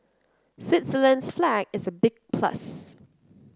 Switzerland's flag is a big plus